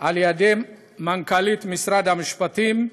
על ידי מנכ"לית משרד המשפטים,